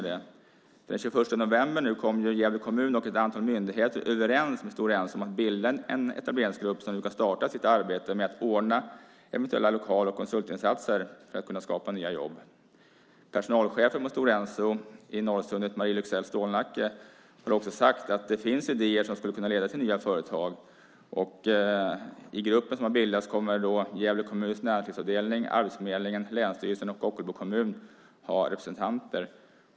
Den 21 november kom Gävle kommun och ett antal myndigheter överens med Stora Enso om att bilda en etableringsgrupp som nu ska starta sitt arbete med att ordna eventuella lokala konsultinsatser för att skapa nya jobb. Personalchefen på Stora Enso i Norrsundet, Marie Lyxell Stålnacke, har också sagt att det finns idéer som skulle kunna leda till nya företag. I gruppen som har bildats kommer Gävle kommuns näringslivsavdelning, arbetsförmedlingen, länsstyrelsen och Ockelbo kommun att ha representanter.